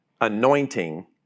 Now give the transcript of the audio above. anointing